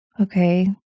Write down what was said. Okay